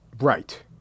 Right